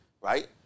right